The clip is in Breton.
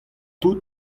tout